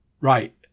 Right